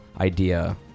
idea